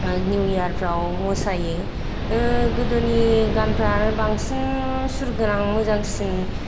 new year फ्राव मोसायो गोदोनि गानफ्रा बांसिन सुरगोनां मोजांसिन